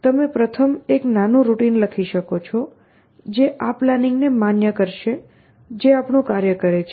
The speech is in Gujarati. તમે પ્રથમ એક નાનું રૂટિન લખી શકો છો જે આ પ્લાનિંગને માન્ય કરશે જે આપણું કાર્ય કરે છે